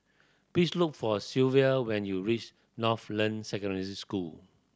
please look for Silvia when you reach Northland Secondary School